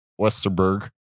Westerberg